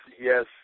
yes